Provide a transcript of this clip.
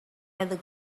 other